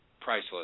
Priceless